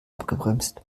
abgebremst